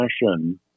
fashion